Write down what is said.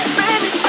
baby